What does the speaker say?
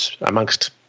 amongst